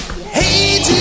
Hey